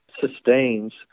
sustains